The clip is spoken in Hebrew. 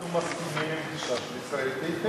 אנחנו מסכימים עם הגישה של ישראל ביתנו.